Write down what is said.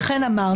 לכן אמרתי